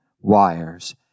wires